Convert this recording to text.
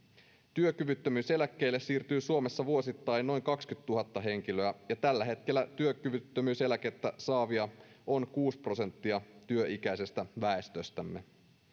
työkyvyttömyyseläkkeelle siirtyy suomessa vuosittain noin kaksikymmentätuhatta henkilöä ja tällä hetkellä työkyvyttömyyseläkettä saavia on kuusi prosenttia työikäisestä väestöstämme